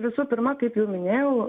visų pirma kaip jau minėjau